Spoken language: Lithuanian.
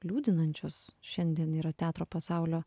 liūdinančius šiandien yra teatro pasaulio